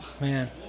Man